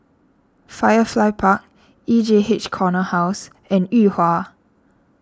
Firefly Park E J H Corner House and Yuhua